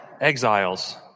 exiles